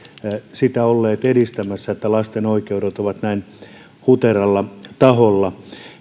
sitä olleet edistämässä että lasten oikeudet ovat näin huteralla taholla